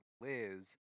Liz